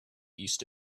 east